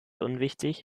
unwichtig